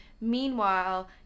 Meanwhile